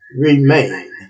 remain